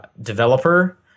developer